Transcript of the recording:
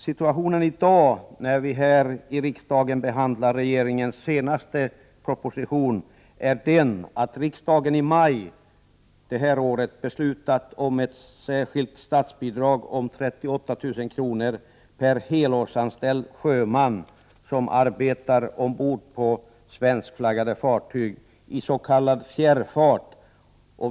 Situationen i dag, när vi här i riksdagen behandlar regeringens senaste proposition, är den att riksdagen i maj detta år beslutat om ett särskilt statsbidrag om 38 000 kr. per helårsanställd sjöman som arbetar ombord på svenskflaggat fartyg i s.k. fjärrfart.